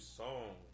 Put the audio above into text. song